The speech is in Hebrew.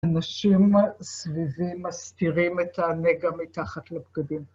אנשים סביבי מסתירים את הנגע מתחת לבגדים.